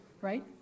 Right